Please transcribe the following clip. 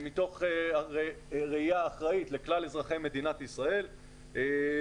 מתוך ראייה אחראית לכלל אזרחי מדינת ישראל ואנחנו